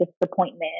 disappointment